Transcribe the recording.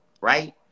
right